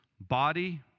body